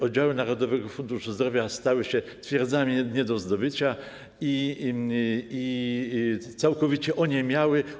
Oddziały Narodowego Funduszu Zdrowia stały się twierdzami nie do zdobycia i całkowicie oniemiały.